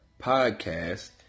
podcast